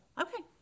okay